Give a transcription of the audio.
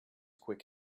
quick